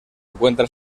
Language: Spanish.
encuentra